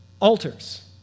altars